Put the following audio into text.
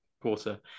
Quarter